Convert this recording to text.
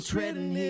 Treading